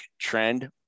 trend